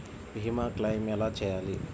భీమ క్లెయిం ఎలా చేయాలి?